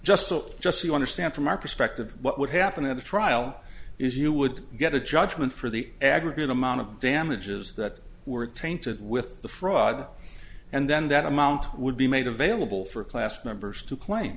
just so just so you understand from our perspective what would happen in a trial is you would get a judgment for the aggregate amount of damages that were tainted with the fraud and then that amount would be made available for class members to claim